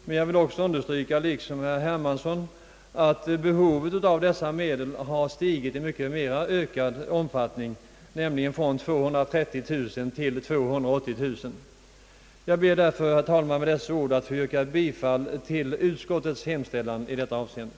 Men jag vill, liksom herr Hermansson, understryka att behovet av dessa medel har ökat i än större omfattning, nämligen från 230 000 till 280000 kronor. Jag ber därför, herr talman, att med dessa ord få yrka bifall till utskottets hemställan på denna punkt.